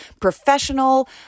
professional